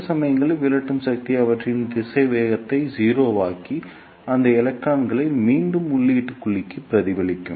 சில சமயங்களில் விரட்டும் சக்தி அவற்றின் திசைவேகத்தை 0 ஆக்கி அந்த எலக்ட்ரான்களை மீண்டும் உள்ளீட்டு குழிக்கு பிரதிபலிக்கும்